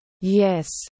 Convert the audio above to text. Yes